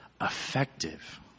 effective